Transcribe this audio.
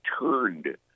turned